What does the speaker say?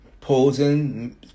posing